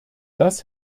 das